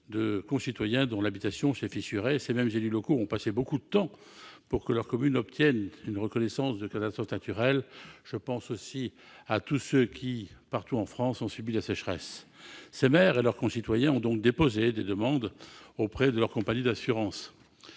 de concitoyens dont l'habitation s'était fissurée. Ces mêmes élus locaux ont passé beaucoup de temps pour que leurs communes obtiennent la reconnaissance de l'état de catastrophe naturelle. Je pense aussi à tous ceux qui, partout en France, ont subi la sécheresse. Ces maires et leurs concitoyens ont déposé des demandes auprès de leurs compagnies d'assurance.